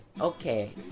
okay